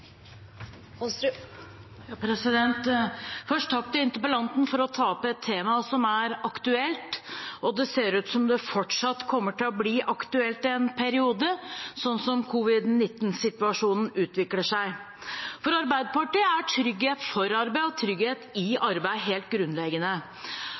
Først vil jeg takke interpellanten for at han tar opp et tema som er aktuelt, og det ser ut som om det fortsatt kommer til å bli aktuelt en periode, sånn som covid-19-situasjonen utvikler seg. For Arbeiderpartiet er trygghet for arbeid og trygghet i